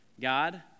God